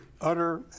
utter